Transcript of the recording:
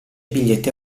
biglietti